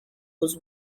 was